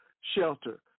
shelter